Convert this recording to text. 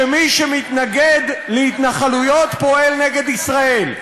שמי שמתנגד להתנחלויות פועל נגד ישראל.